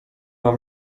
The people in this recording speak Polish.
mam